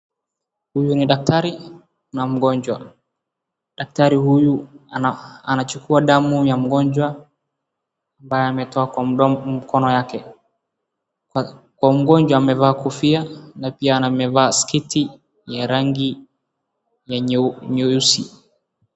Huyu ni daktari na mgonjwa. Daktari huyu anachukua damu ya mgonjwa ambayo ametoa kwa mkono yake. Kwa mgonjwa amevaa kofia na pia amevaa sketi ya rangi ya nyeusi.